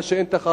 שאין תחרות,